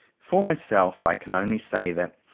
for myself i can only say that,